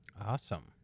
Awesome